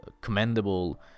commendable